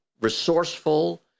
resourceful